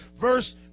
verse